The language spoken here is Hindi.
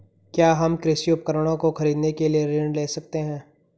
क्या हम कृषि उपकरणों को खरीदने के लिए ऋण ले सकते हैं?